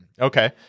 Okay